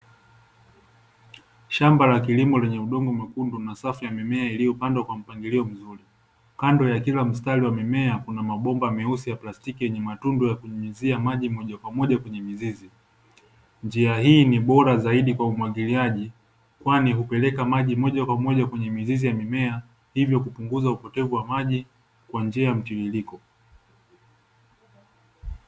Shamba la kilimo lenye udongo mwekundu na safu ya mimea iliyopangwa kwa mpangilio mzuri kando ya kila mstari wa mimea kuna mabomba meusi yenye matundu ya kunyunyuzia maji moja kwa moja kwenye mizizi. Njia hii ni bora zaidi kwa umwagiliaji kwani hupeleka maji moja kwa moja kwenye mizizi ya mimea hivyo kupunguza upotevu wa maji kwa njia ya mtiririko.